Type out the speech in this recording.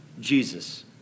Jesus